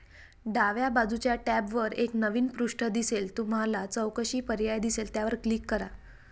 डाव्या बाजूच्या टॅबवर एक नवीन पृष्ठ दिसेल तुम्हाला चौकशी पर्याय दिसेल त्यावर क्लिक करा